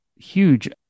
huge